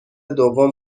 دوم